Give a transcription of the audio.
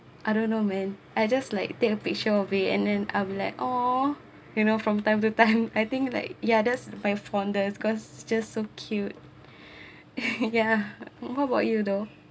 I don't know man I just like take a picture of it and then I'm like oh you know from time to time I think like ya that's my fonder because just so cute ya what about you though